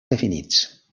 definits